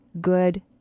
good